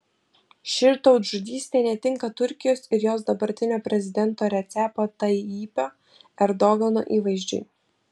ši tautžudystė netinka turkijos ir jos dabartinio prezidento recepo tayyipo erdogano įvaizdžiui